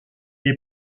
est